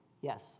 Yes